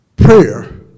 prayer